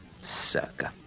Sucker